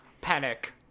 Panic